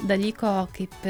dalyko kaip